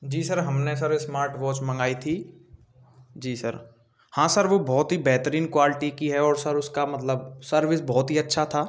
जी sir हमने sir smart watch मँगाई थी जी सर हाँ सर वो बहुत ही बेहतरीन क्वाल्टी की है और सर उसका मतलब सर्विस बहुत ही अच्छा था